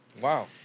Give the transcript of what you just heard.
Wow